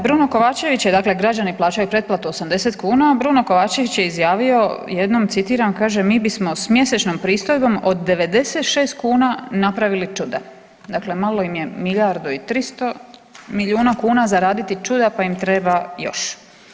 Bruno Kovačević je dakle, građani plaćaju pretplatu 80 kn a Bruno Kovačević je izjavio jednom citiram, kaže: „Mi bismo s mjesečnom pristojbom od 96 kuna napravili čuda.“ Dakle, malo im je milijardu i 300 milijuna kuna za raditi čuda pa im treba još.